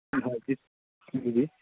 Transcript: की चाहै छी की भेलै